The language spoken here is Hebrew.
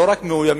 לא רק מאוימים.